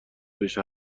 بشه